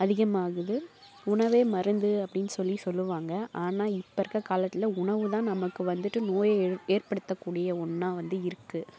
அதிகமாகுது உணவே மருந்து அப்படின்னு சொல்லி சொல்லுவாங்க ஆனால் இப்போ இருக்கற காலத்தில் உணவு தான் நமக்கு வந்துட்டு நோயை ஏற்ப ஏற்படுத்தக்கூடிய ஒன்றா வந்து இருக்குது